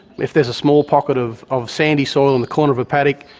if there is a small pocket of of sandy soil in the corner of a paddock,